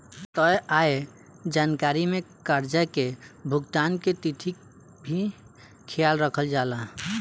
तय आय जानकारी में कर्जा के भुगतान के तिथि के भी ख्याल रखल जाला